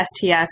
STS